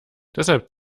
deshalb